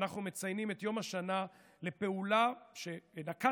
אנחנו מציינים את יום השנה לפעולה שנקט